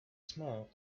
small